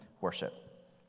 worship